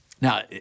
Now